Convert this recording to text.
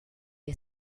are